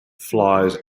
flies